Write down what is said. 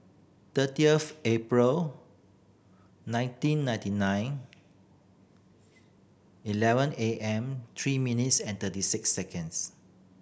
thirty of April nineteen ninety nine eleven A M three minutes and thirty six seconds